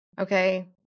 okay